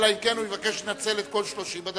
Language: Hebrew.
אלא אם כן הוא יבקש לנצל את כל 30 הדקות,